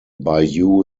bayou